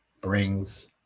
brings